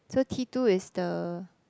so T two is the